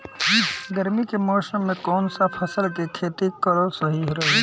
गर्मी के मौषम मे कौन सा फसल के खेती करल सही रही?